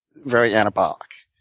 very anabolic?